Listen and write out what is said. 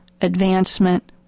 advancement